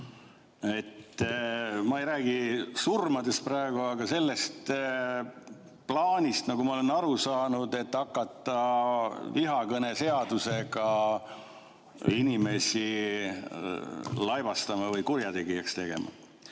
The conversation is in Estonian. Ma ei räägi surmadest praegu, aga sellest plaanist, nagu ma olen aru saanud, et hakata vihakõne seadusega inimesi laibastama või kurjategijaks tegema.